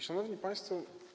Szanowni Państwo!